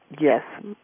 Yes